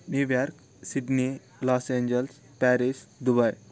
New York Sydney los angels Paris Dubai